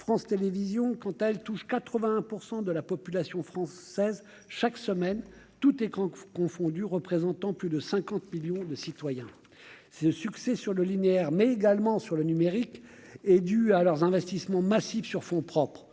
France Télévisions quand elle touche 80 % de la population française chaque semaine tout écran confondus, représentant plus de 50 millions de citoyens ce succès sur le linéaire mais également sur le numérique est due à leurs investissements massifs sur fonds propres,